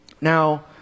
Now